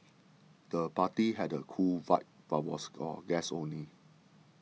the party had a cool vibe but was for guests only